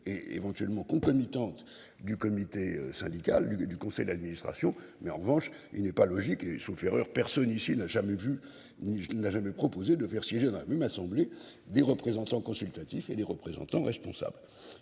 et éventuellement concomitante du comité syndical du du conseil d'administration. Mais en revanche il n'est pas logique et sauf erreur, personne ici n'a jamais vu ni n'a jamais proposé de faire siéger dans la même assemblée des représentants consultatif et les représentants responsable,